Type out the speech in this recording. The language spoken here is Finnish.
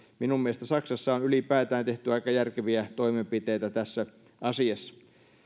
minun mielestäni saksassa on ylipäätään tehty aika järkeviä toimenpiteitä tässä asiassa